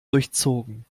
durchzogen